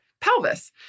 pelvis